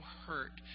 hurt